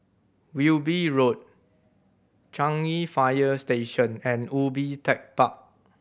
Wilby Road Changi Fire Station and Ubi Tech Park